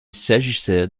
s’agissait